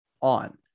on